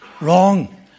Wrong